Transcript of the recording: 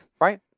Right